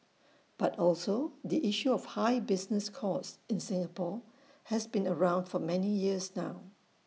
but also the issue of high business costs in Singapore has been around for many years now